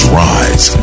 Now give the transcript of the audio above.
rise